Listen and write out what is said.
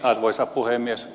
arvoisa puhemies